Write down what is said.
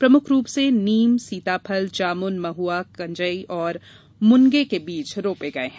प्रमुख रूप से नीम सीताफल जामुन महुआ कंजई मुनगा के बीज रोपे गये हैं